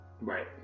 Right